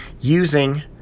using